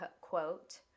quote